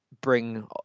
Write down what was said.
bring